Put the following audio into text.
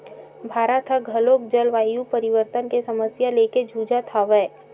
भारत ह घलोक जलवायु परिवर्तन के समस्या लेके जुझत हवय